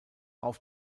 auf